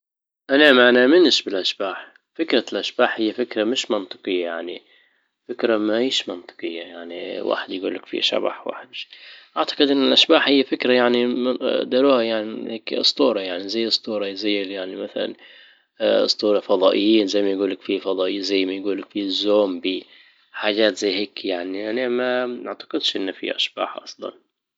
انا منآمنش بالاشباح فكرة الاشباح هي فكرة مش منطقية يعني، فكرة ما هيش منطقية يعني واحد يقول لك في شبح واحد مشـ-، اعتجد ان الاشباح هي فكرة يعني داروها يعني كاسطورة يعني زي اسطورة زى يعني مثلا اسطورة فضائيين زي ما يجول لك فيه فضائيين زي ما يجولوا فيه زومبى حاجات زي هيك يعني انى معتقدش انه في اشباح اصلا